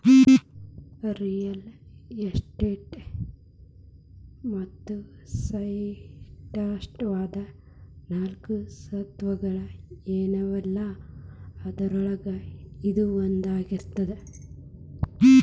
real estate ಮತ್ತ ಸ್ಪಷ್ಟವಾದ ನಾಲ್ಕು ಸ್ವತ್ತುಗಳ ಏನವಲಾ ಅದ್ರೊಳಗ ಇದೂ ಒಂದಾಗಿರ್ತದ